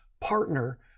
partner